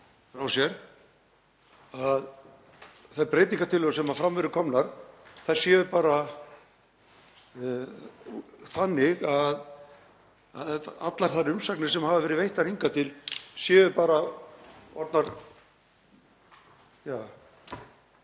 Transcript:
frá sér að þær breytingartillögur sem fram eru komnar séu bara þannig að allar þær umsagnir sem hafa verið veittar hingað til séu bara orðnar,